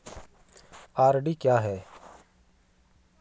RD क्या है?